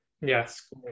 Yes